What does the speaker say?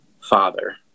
Father